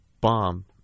bomb